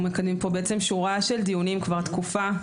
אנחנו מקדמים פה בעצם שורה של דיונים כבר תקופה,